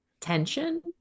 tension